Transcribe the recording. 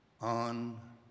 on